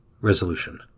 Resolution